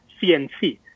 CNC